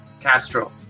Castro